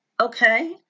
Okay